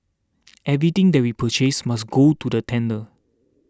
everything that we purchase must go to the tender